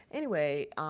anyway,